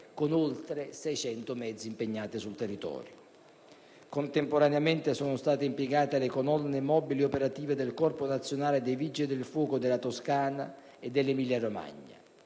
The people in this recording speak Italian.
con oltre 600 mezzi impegnati sul territorio. Contemporaneamente sono state impiegate le colonne mobili operative del Corpo nazionale dei vigili del fuoco della Toscana e dell'Emilia-Romagna.